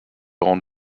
rendre